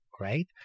right